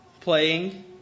playing